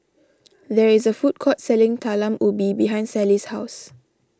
there is a food court selling Talam Ubi behind Sallie's house